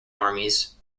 armies